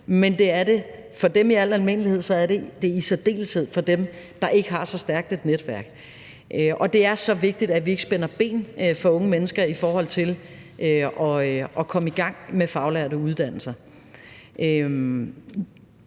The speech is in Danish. det for dem i al almindelighed, så er det det i særdeleshed for dem, der ikke har så stærkt et netværk. Det er så vigtigt, at vi ikke spænder ben for unge mennesker i forhold til at komme i gang med faglærte uddannelser.